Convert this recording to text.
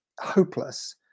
hopeless